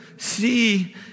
see